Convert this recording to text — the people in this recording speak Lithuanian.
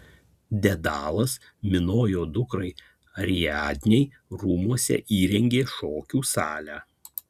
dedalas minojo dukrai ariadnei rūmuose įrengė šokių salę